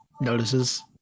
notices